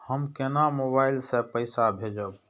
हम केना मोबाइल से पैसा भेजब?